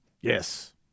Yes